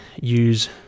use